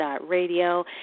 Radio